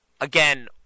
again